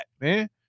man